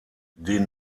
den